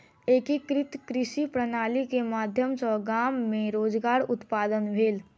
एकीकृत कृषि प्रणाली के माध्यम सॅ गाम मे रोजगार उत्पादन भेल